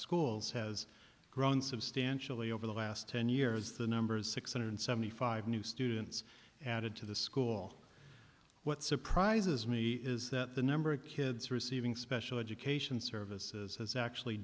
schools has grown substantially over the last ten years the numbers six hundred seventy five new students added to the school what surprises me is that the number of kids receiving special education services has actually